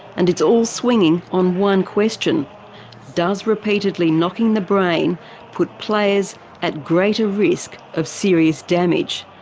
and it's all swinging on one question does repeatedly knocking the brain put players at greater risk of serious damage?